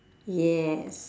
yes